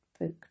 book